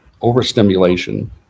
overstimulation